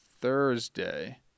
Thursday